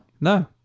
no